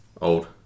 Old